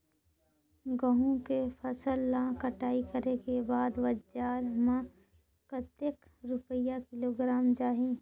गंहू के फसल ला कटाई करे के बाद बजार मा कतेक रुपिया किलोग्राम जाही?